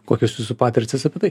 kokios jūsų patirtys apie tai